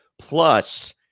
plus